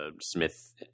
smith